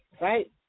right